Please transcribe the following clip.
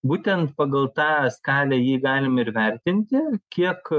būtent pagal tą skalę jį galime ir vertinti kiek